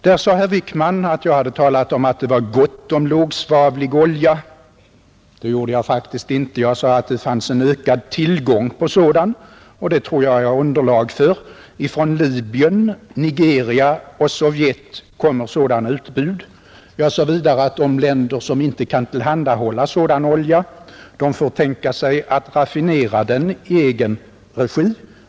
Herr Wickman sade att jag hade talat om att det var gott om lågsvavlig olja; det gjorde jag faktiskt inte — jag sade att det fanns ökad tillgång på sådan, och det påståendet tror jag att jag har underlag för. Från Libyen, Nigeria och Sovjetunionen kommer utbud av sådan. Jag sade vidare att de länder som inte kan tillhandahålla sådan olja får tänka sig att raffinera den i egen regi.